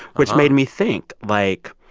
which made me think like,